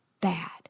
bad